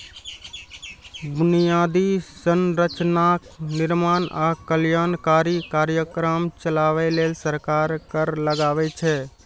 बुनियादी संरचनाक निर्माण आ कल्याणकारी कार्यक्रम चलाबै लेल सरकार कर लगाबै छै